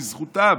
בזכותם.